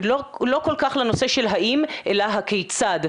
לא כל כך לנושא של האם אלא הכיצד.